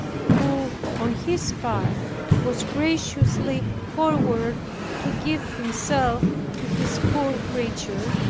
who on his part was graciously forward to give himself to his poor creature,